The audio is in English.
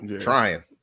Trying